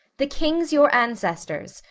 the kings your ancestors,